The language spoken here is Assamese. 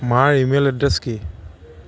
মাৰ ইমেইল এড্ৰেছ কি